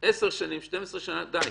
עשר שנים, 12 שנה, די,